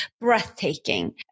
breathtaking